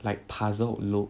like puzzle look